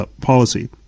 policy